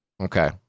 Okay